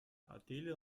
adele